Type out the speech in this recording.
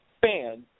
fans